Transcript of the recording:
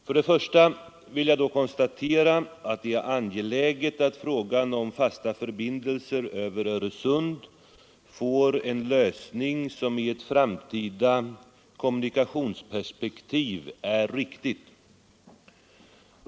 För det första vill jag konstatera att det är angeläget att frågan om fasta förbindelser över Öresund får en lösning som i ett framtida kommunikationsperspektiv är riktig.